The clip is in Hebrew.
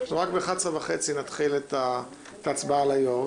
רק ב-23:30 נתחיל את ההצבעה על היו"ר.